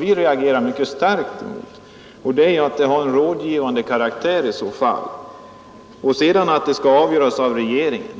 Vidare reagerar vi mycket starkt mot att det föreslagna rådet endast skulle ha en rådgivande karaktär och att frågorna skall avgöras av regeringen.